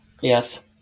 Yes